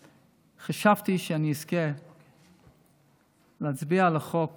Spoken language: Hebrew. חשבתי שאני אזכה להצביע על החוק